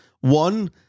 One